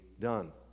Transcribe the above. done